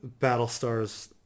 Battlestar's